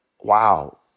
wow